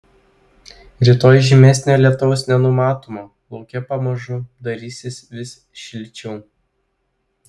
rytoj žymesnio lietaus nenumatoma lauke pamažu darysis vis šilčiau